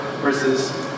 versus